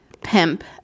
Pimp